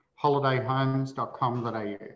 holidayhomes.com.au